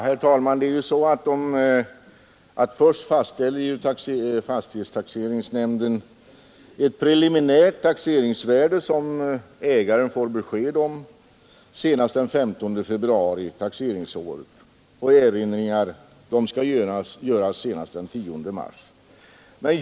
Herr talman! Fastighetstaxeringsnämnden fastställer först ett preliminärt taxeringsvärde, som fastighetsägaren får besked om senast den 15 februari taxeringsåret, och eventuella erinringar kan han göra senast den 10 mars.